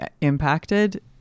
impacted